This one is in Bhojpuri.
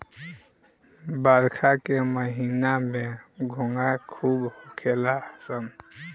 बरखा के महिना में घोंघा खूब होखेल सन